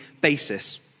basis